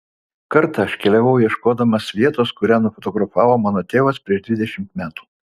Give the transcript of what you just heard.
kartą aš keliavau ieškodamas vietos kurią nufotografavo mano tėvas prieš dvidešimt metų